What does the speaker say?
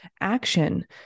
action